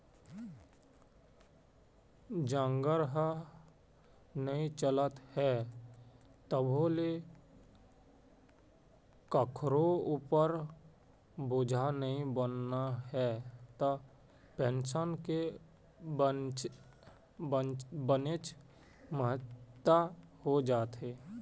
जांगर ह नइ चलत हे तभो ले कखरो उपर बोझा नइ बनना हे त पेंसन के बनेच महत्ता हो जाथे